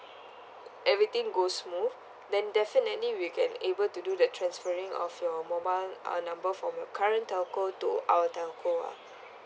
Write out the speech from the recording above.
everything goes smooth then definitely we can able to do the transferring of your mobile uh number from your current telco to our telco ah